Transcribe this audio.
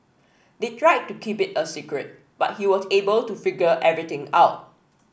they tried to keep it a secret but he was able to figure everything out